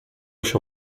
się